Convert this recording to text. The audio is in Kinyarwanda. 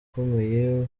ukomeye